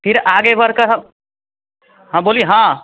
फ़िर आगे बढ़कर हाँ बोलिए हाँ